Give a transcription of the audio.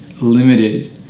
limited